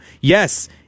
Yes